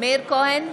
מאיר כהן,